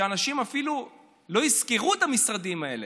אנשים אפילו לא יזכרו את המשרדים האלה.